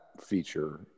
feature